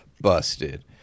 Busted